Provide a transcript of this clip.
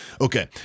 okay